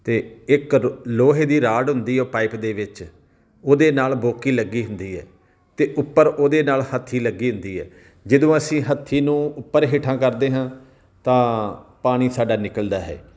ਅਤੇ ਇੱਕ ਲੋਹੇ ਦੀ ਰਾੜ ਹੁੰਦੀ ਹੈ ਉਹ ਪਾਈਪ ਦੇ ਵਿੱਚ ਉਹਦੇ ਨਾਲ ਬੋਕੀ ਲੱਗੀ ਹੁੰਦੀ ਹੈ ਅਤੇ ਉੱਪਰ ਉਹਦੇ ਨਾਲ ਹੱਥੀ ਲੱਗੀ ਹੁੰਦੀ ਹੈ ਜਦੋਂ ਅਸੀਂ ਹੱਥੀ ਨੂੰ ਉੱਪਰ ਹੇਠਾਂ ਕਰਦੇ ਹਾਂ ਤਾਂ ਪਾਣੀ ਸਾਡਾ ਨਿਕਲਦਾ ਹੈ